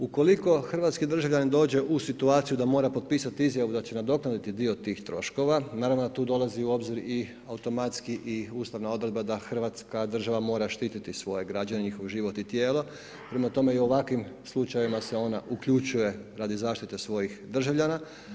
Ukoliko hrvatski državljanin dođe u situaciju da mora potpisati izjavu da će nadoknaditi dio tih troškova, naravno da tu dolazi u obzir i automatski i ustavna odredba da Hrvatska država mora štiti svoje građanine, njihov život i tijelo, prema tome i u ovakvim slučajevima se ona uključuje radi zaštite svojih državljana.